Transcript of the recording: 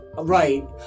Right